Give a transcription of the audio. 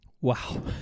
Wow